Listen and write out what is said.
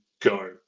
go